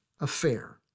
Affair